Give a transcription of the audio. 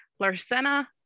Larsena